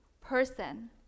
person